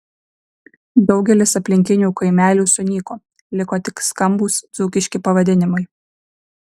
daugelis aplinkinių kaimelių sunyko liko tik skambūs dzūkiški pavadinimai